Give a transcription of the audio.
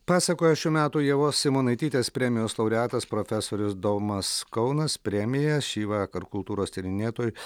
pasakojo šių metų ievos simonaitytės premijos laureatas profesorius domas kaunas premija šįvakar kultūros tyrinėtojui